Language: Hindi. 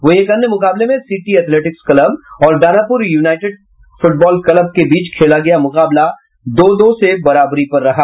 वहीं एक अन्य मुकाबले में सिटी एथेलेटिक्स क्लब और दानापुर यूनाईटेड फूटबॉल क्लब के बीच खेला गया मुकाबला दो दो से बराबरी पर रहा